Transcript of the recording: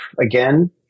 again